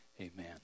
Amen